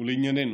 ולענייננו,